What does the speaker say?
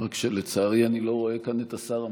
רק שלצערי אני לא רואה כאן את השר אמסלם,